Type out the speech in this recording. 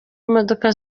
imodoka